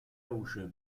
luce